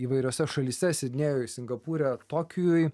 įvairiose šalyse sidnėjuj singapūre ir tokijuje